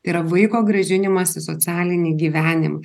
yra vaiko grąžinimas į socialinį gyvenimą